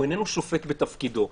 הוא איננו שופט בתפקידו.